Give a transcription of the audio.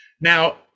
Now